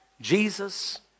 Jesus